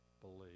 believe